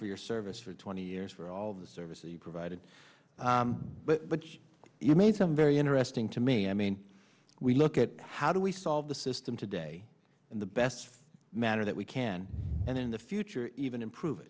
for your service for twenty years for all of the services you provided but you made some very interesting to me i mean we look at how do we solve the system today in the best manner that we can and in the future even